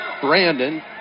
Brandon